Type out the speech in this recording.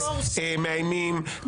מאיימים,